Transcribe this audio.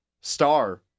star